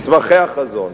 מסמכי החזון.